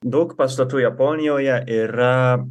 daug pastatų japonijoje yra